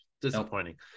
disappointing